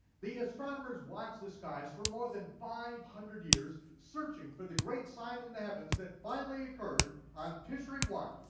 the astronomers watch the skies for more than five hundred years, searching for the great sign in the heavens that finally occurred on tishrei one,